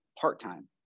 part-time